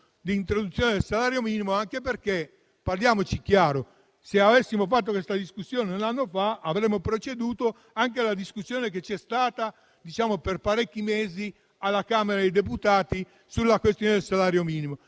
l'introduzione del salario minimo. Parliamoci chiaro: se avessimo fatto questa discussione un anno fa, avremmo proceduto anche alla discussione che c'è stata per parecchi mesi alla Camera dei deputati sulla questione del salario minimo.